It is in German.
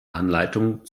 anleitung